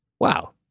wow